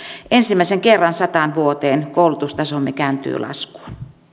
ensimmäisen kerran sataan vuoteen koulutustasomme kääntyy laskuun